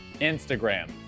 Instagram